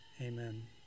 Amen